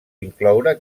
incloure